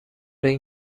این